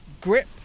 grip